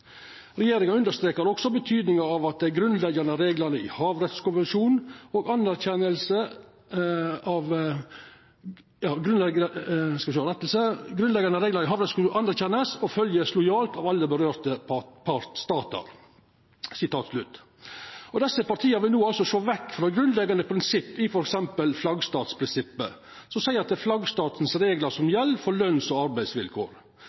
Regjeringa understrekar òg betydninga av at dei grunnleggjande reglane i havrettskonvensjonen vert anerkjende og følgde lojalt av alle berørte statar. Desse partia vil no altså sjå vekk frå grunnleggjande prinsipp i f.eks. flaggstatsprinsippet, der det heiter at det er reglane i flaggstaten som gjeld for løns- og arbeidsvilkår.